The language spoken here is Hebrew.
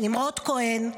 נמרוד כהן,